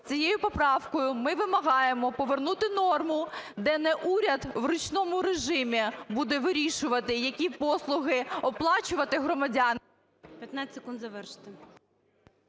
Цією поправкою ми вимагаємо повернути норму, де не уряд у ручному режимі буде вирішувати, які послуги оплачувати громадян…